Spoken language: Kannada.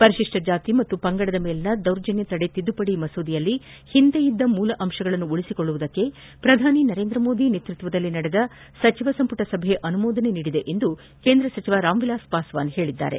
ಪರಿಶಿಷ್ನ ಜಾತಿ ಮತ್ತು ಪಂಗಡದ ಮೇಲಿನ ದೌರ್ಜನ್ಯ ತಡೆ ತಿದ್ದುಪದಿ ಮಸೂದೆಯಲ್ಲಿ ಹಿಂದೆ ಇದ್ದ ಮೂಲ ಅಂಶಗಳನ್ನು ಉಳಿಸಿಕೊಳ್ಳುವುದಕ್ಕೆ ಪ್ರಧಾನಮಂತ್ರಿ ನರೇಂದ್ರ ಮೋದಿ ನೇತೃತ್ವದಲ್ಲಿ ನಡೆದ ಸಚಿವ ಸಂಪುಟ ಸಭೆ ಅನುಮೋದನೆ ನೀಡಿದೆ ಎಂದು ಕೇಂದ್ರ ಸಚಿವ ರಾಮ್ವಿಲಾಸ್ ಪಾಸ್ವಾನ್ ಹೇಳಿದ್ದಾರೆ